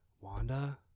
Wanda